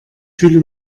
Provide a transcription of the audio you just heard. fühle